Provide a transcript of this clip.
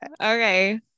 okay